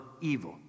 evil